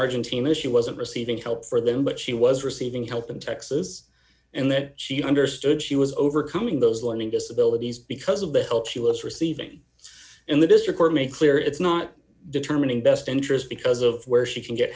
argentina she wasn't receiving help for them but she was receiving help in texas and that she understood she was overcoming those learning disabilities because of the help she was receiving in the district make clear it's not determining best interest because of where she can get